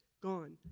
Gone